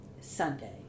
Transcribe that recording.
Sunday